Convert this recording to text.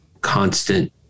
constant